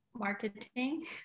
marketing